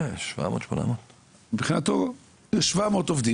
700 800. מבחינתו יש 700 עובדים,